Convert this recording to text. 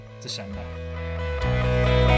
December